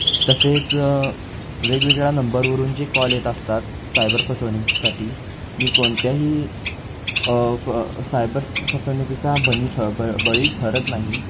तसेच वेगवेगळ्या नंबरवरून जे कॉल येत असतात सायबर फसवण्यासाठी मी कोणत्याही सायबर फसवणुकीचा बनी ठ ब बळी ठरत नाही